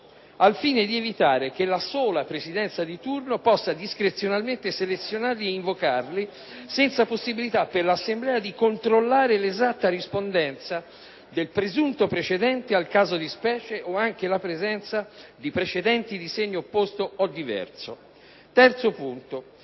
al fine di evitare che la sola Presidenza di turno possa discrezionalmente selezionarli e invocarli, senza possibilità per l'Assemblea di controllare l'esatta rispondenza del presunto precedente al caso in specie o anche la presenza di precedenti di segno opposto o diverso. Terzo: